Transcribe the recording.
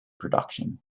production